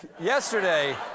Yesterday